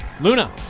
Luna